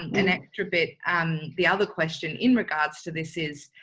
an extra bit. and the other question in regards to this is,